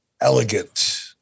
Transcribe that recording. elegant